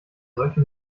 solche